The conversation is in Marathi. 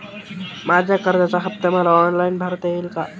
माझ्या कर्जाचा हफ्ता मला ऑनलाईन भरता येईल का?